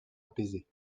apaisé